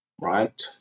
Right